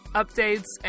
updates